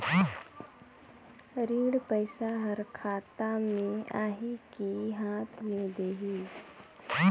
ऋण पइसा हर खाता मे आही की हाथ मे देही?